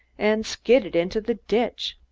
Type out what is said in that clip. and skidded into the ditch.